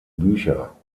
bücher